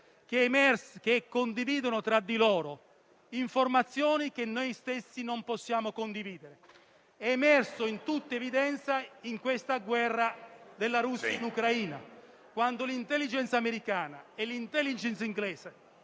che condividono tra di loro informazioni che noi stessi non possiamo condividere. È emerso in tutta evidenza in questa guerra della Russia in Ucraina, quanto l'Intelligence americana e l'Intelligence inglese